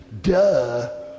duh